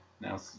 Now